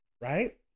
right